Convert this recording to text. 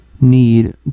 need